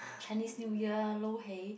Chinese New Year lo-hei